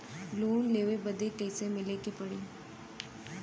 Loan लेवे बदी कैसे मिले के पड़ी?